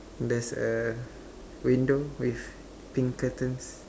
there's a window with pink curtains